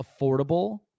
affordable